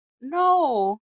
no